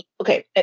okay